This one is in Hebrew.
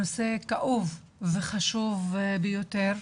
נושא כאוב וחשוב ביותר,